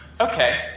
okay